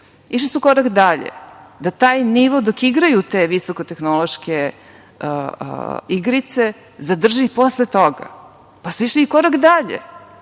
Išli su korak dalje, da taj nivo dok igraju te visoko-tehnološke igrice zadrži i posle toga. Pa su išli i korak dalje